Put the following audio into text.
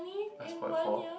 I spoilt four